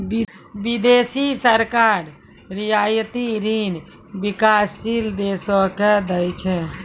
बिदेसी सरकार रियायती ऋण बिकासशील देसो के दै छै